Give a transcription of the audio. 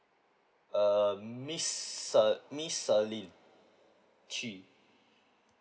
uh miss uh miss celine chee